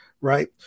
right